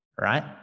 right